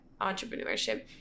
entrepreneurship